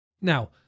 Now